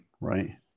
right